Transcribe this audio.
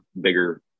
bigger